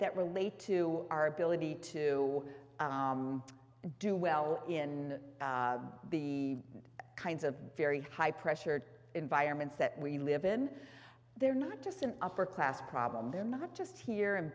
that relate to our ability to do well in the kinds of very high pressured environments that we live in there not just an upper class problem then not just here